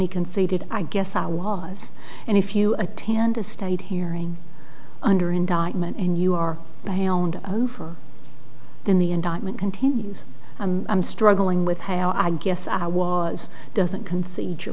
he conceded i guess i was and if you attend a state hearing under indictment and you are beyond over then the indictment continues i'm struggling with how i guess i was doesn't concede your